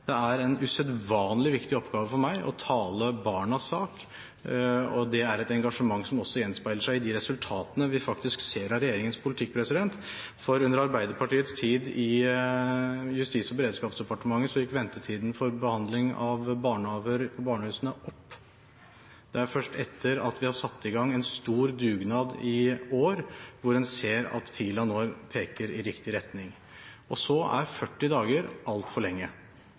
Det er en usedvanlig viktig oppgave for meg å tale barnas sak, og det er et engasjement som også gjenspeiler seg i de resultatene vi faktisk ser av regjeringens politikk. Under Arbeiderpartiets tid i Justis- og beredskapsdepartementet gikk ventetiden for behandling av barna på barnehusene opp. Det er først etter at vi har satt i gang en stor dugnad i år, at en ser at pilen peker i riktig retning. Så er 40 dager altfor lenge.